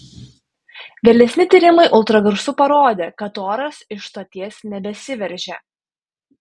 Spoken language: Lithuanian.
vėlesni tyrimai ultragarsu parodė kad oras iš stoties nebesiveržia